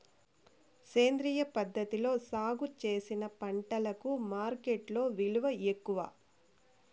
సేంద్రియ పద్ధతిలో సాగు చేసిన పంటలకు మార్కెట్టులో విలువ ఎక్కువ